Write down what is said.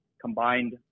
combined